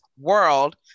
world